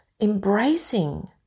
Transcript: embracing